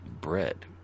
bread